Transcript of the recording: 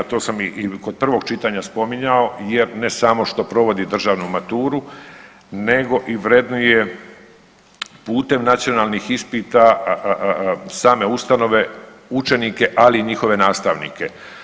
To sam i kod prvog čitanja spominjao jer ne samo što provodi državnu maturu nego i vrednuje putem nacionalnih ispita same ustanove učenike ali i njihove nastavnike.